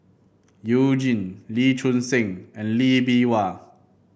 You Jin Lee Choon Seng and Lee Bee Wah